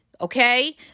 okay